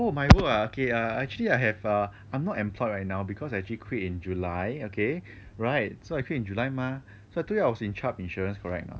oh my work ah okay err actually I have err I'm not employed right now because actually quit in july okay alright so actually in july mah so I told you I was in chubb insurance correct or not